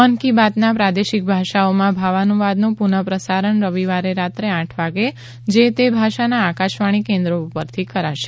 મન કી બાતના પ્રાદેશિક ભાષાઓમાં ભાવાનુવાદનું પુનઃ પ્રસારણ રવિવારે રાત્રે આઠ વાગે જે તે ભાષાના આકાશવાણીના કેન્દ્રો પરથી કરાશે